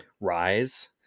rise